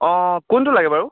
অঁ কোনটো লাগে বাৰু